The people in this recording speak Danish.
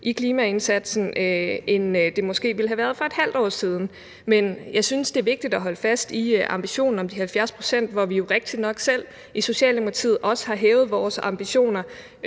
i klimaindsatsen, end det måske ville have været for et halvt år siden. Men jeg synes, det er vigtigt at holde fast i ambitionen om de 70 pct., og vi har jo rigtigt nok selv i Socialdemokratiet også hævet vores ambitioner.